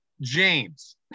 James